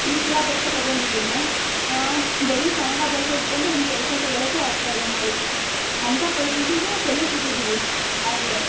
ವಿದ್ಯಾಭ್ಯಾಸ ತಗೊಂಡಿದ್ದರೂನು ಬರೀ ಕನ್ನಡ ಭಾಷೆ ಇಟ್ಟುಕೊಂಡು ಒಂದು ಕೆಲಸ ತಗೊಳ್ಳೊಕ್ಕೂ ಆಗ್ತಾ ಇಲ್ಲ ನಾವು ಅಂಥ ಪರಿಸ್ಥಿತಿಗೆ ತಲುಪಿಬಿಟ್ಟಿದ್ದಿವಿ ಆಗಲೇ